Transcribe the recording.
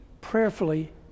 prayerfully